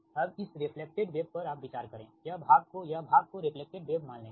अब इस reflected wave पर आप विचार करें यह भाग को यह भाग को रेफ्लेक्टेड वेव मान लेंगे